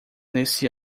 nesse